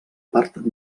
part